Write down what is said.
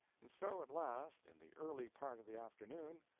and so, at last, in the early part of the afternoon,